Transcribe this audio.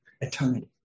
eternity